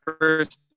first